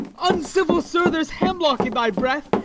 uncivil sir, there s hemlock in thy breath,